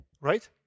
Right